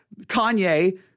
Kanye